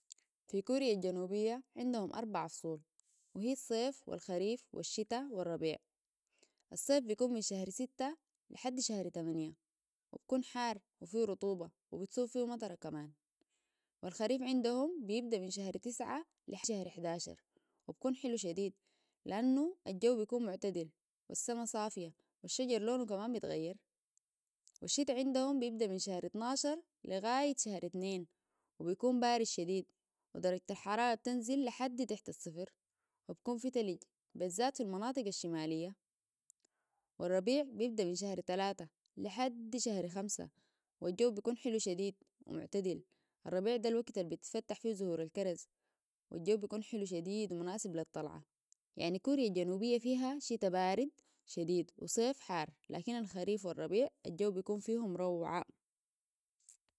في كوريا الجنوبية عندهم أربع فصول وهي الصيف والخريف والشتاء والربيع الصيف بيكون من شهر سته لحد شهر تمنيه بيكون حار وفيه رطوبة وبتصب فيهو مطره كمان والخريف عندهم بيبدأ من شهر تسعه لشهر حداشر وبيكون حلو شديد لأنه الجو بيكون معتدل والسماء صافية والشجر لونه كمان بيتغير والشتاء عندهم بيبدأ من شهر اطناشر لغاية شهر اتنين وبيكون بارد شديد ودرجة الحرارة تنزل لحدي تحت الصفر وبيكون في تلج بذات في المناطق الشمالية والربيع بيبدأ من شهر تلاته لحد شهر خمسه والجو بيكون حلو شديد ومعتدل الربيع ده الوقت اللي بيتفتح فيه زهور الكرز والجو بيكون حلو شديد ومناسب للطلعة يعني كوريا الجنوبية فيها الشتاء بارد شديد والصيف حار لكن الخريف والربيع الجو بيكون فيهم روعاء